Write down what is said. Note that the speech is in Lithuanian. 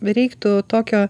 reiktų tokio